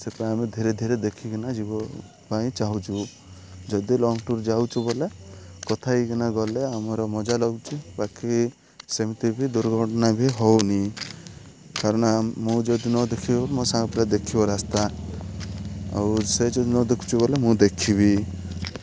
ସେଥିପାଇଁ ଆମେ ଧୀରେ ଧୀରେ ଦେଖିକିନା ଯିବୁ ପାଇଁ ଚାହୁଁଛୁ ଯଦି ଲଙ୍ଗ ଟୁର୍ ଯାଉଛୁ ବୋଲେ କଥା ହେଇକିନା ଗଲେ ଆମର ମଜା ଲାଗୁଛି ବାକି ସେମିତି ବି ଦୁର୍ଘଟଣା ବି ହଉନି କାରଣ ମୁଁ ଯଦି ନ ଦେଖିବି ବଲେ ମୋ ସାଙ୍ଗ ପିଲା ଦେଖିବ ରାସ୍ତା ଆଉ ସେ ଯଦି ନ ଦେଖୁଛୁ ବୋଲେ ମୁଁ ଦେଖିବି